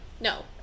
No